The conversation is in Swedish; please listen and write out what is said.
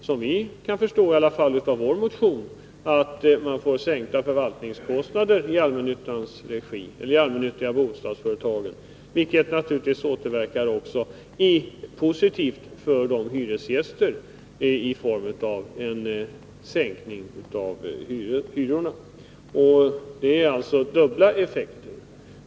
Som vi kan förstå och säger i vår motion får man sänkta förvaltningskostnader i allmännyttiga bostadsföretag, vilket naturligvis återverkar positivt för hyresgästerna i form av sänkning av hyrorna. Det är alltså fråga om dubbla effekter.